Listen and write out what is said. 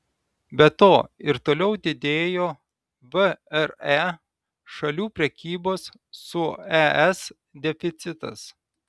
be to ir toliau didėjo vre šalių prekybos su es deficitas